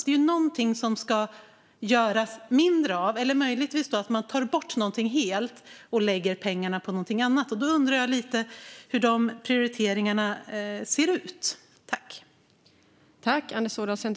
Det är ju någonting som det ska göras mindre av. Möjligtvis tar man bort någonting helt och lägger pengarna på något annat. Jag undrar hur de prioriteringarna ser ut.